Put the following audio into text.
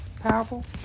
Powerful